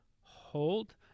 hold